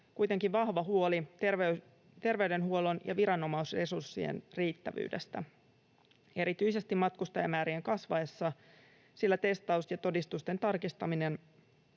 kuitenkin vahva huoli terveydenhuollon ja viranomaisresurssien riittävyydestä erityisesti matkustajamäärien kasvaessa, sillä testaus ja todistusten tarkistaminen